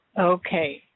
Okay